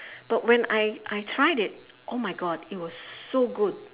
but when I I tried it oh my god it was so good